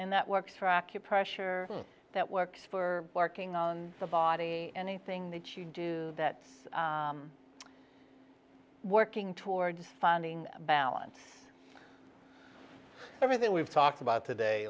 and that works for acupressure that works for working on the body anything that you do that working towards finding balance everything we've talked about today